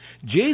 Jesus